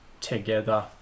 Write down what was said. together